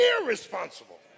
irresponsible